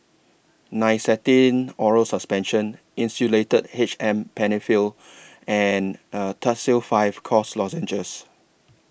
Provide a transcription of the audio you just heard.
Nystatin Oral Suspension Insulatard H M Penifill and Tussils five Cough Lozenges